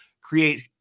create